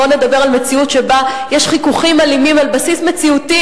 בוא נדבר על מציאות שבה יש חיכוכים אלימים על בסיס מציאותי,